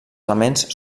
elements